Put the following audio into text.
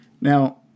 Now